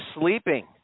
sleeping